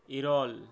ᱤᱨᱟᱹᱞ